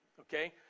okay